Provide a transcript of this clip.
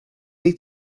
need